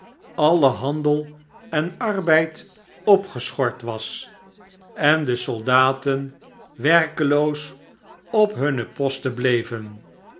alle handel enarbeid opgeschort was en de soldaten werkeloos op hunne postern bleven